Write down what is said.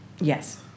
Yes